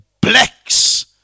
blacks